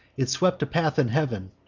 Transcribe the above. it swept a path in heav'n,